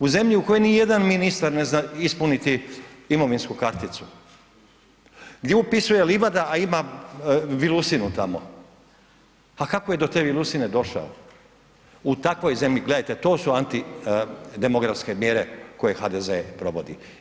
U zemlji u kojoj ni jedan ministar ne zna ispuniti imovinsku karticu, gdje upisuje livada, a ima vilusinu tamo, a kako je do te vilusine došao, u takvoj zemlji, gledajte to antidemografske mjere koje HDZ provodi.